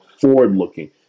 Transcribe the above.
forward-looking